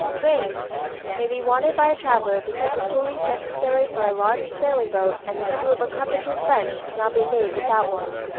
lathes may be wanted by a traveller, because the pulleys necessary for a large sailing-boat, and the screw of a carpenter's bench, cannot be made without one.